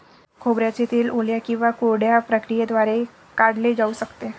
खोबऱ्याचे तेल ओल्या किंवा कोरड्या प्रक्रियेद्वारे काढले जाऊ शकते